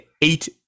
eight